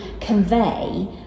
convey